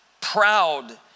proud